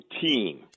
team